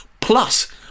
Plus